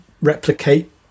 replicate